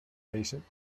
patient